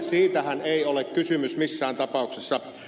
siitähän ei ole kysymys missään tapauksessa